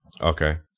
Okay